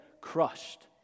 crushed